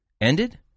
ended